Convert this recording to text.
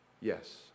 Yes